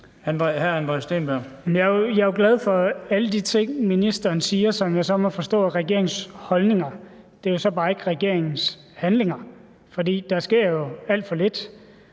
Jeg er jo glad for alle de ting, ministeren siger, som jeg så må forstå er regeringens holdninger; det er så bare ikke regeringens handlinger, for der sker jo alt for lidt.